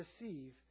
receive